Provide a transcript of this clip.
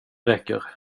räcker